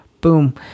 Boom